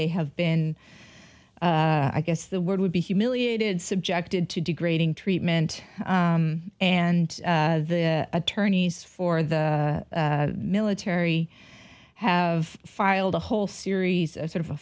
they have been i guess the word would be humiliated subjected to degrading treatment and the attorneys for the military have filed a whole series of sort of a